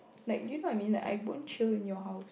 like do you know I mean like I won't chill in your house